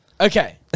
Okay